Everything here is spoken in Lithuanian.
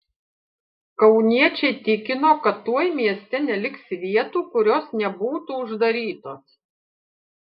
kauniečiai tikino kad tuoj mieste neliks vietų kurios nebūtų uždarytos